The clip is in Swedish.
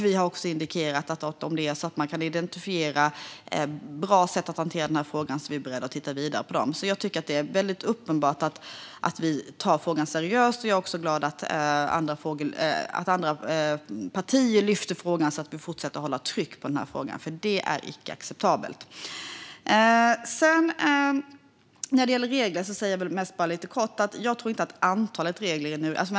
Vi har också indikerat att om man identifierar bra sätt att hantera den här frågan är vi beredda att titta vidare på dem. Jag tycker därför att det är väldigt uppenbart att vi tar frågan seriöst, och jag är också glad att andra partier lyfter frågan så att vi fortsätter att hålla trycket uppe. Det här är inte acceptabelt. När det gäller regler vill jag kort säga att jag inte tror att antalet regler är grejen.